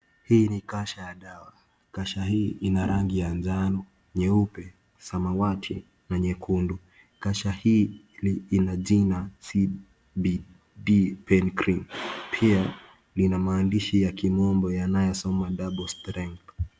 Hii ni kasha ya dawa, kasha hii ina rangi ya njano, nyeupe, samawati na nyekundu, kasha hii ina jina CBD pain cream , pia ina maandishi ya kimombo yanayao soma double stregth .